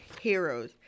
heroes